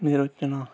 మీరు వచ్చినా